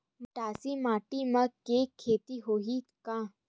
मटासी माटी म के खेती होही का?